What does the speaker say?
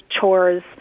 chores